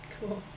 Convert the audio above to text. Cool